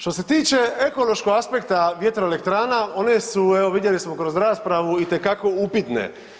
Što se tiče ekološkog aspekta vjetroelektrana one su evo vidjeli smo kroz raspravu itekako upitne.